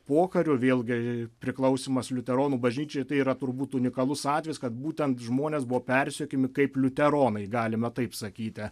pokariu vėlgi priklausymas liuteronų bažnyčiai tai yra turbūt unikalus atvejis kad būtent žmonės buvo persekiojami kaip liuteronai galima taip sakyti